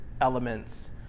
elements